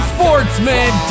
Sportsman